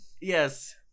Yes